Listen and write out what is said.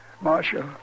Marshal